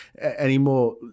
anymore